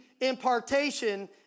impartation